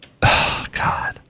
God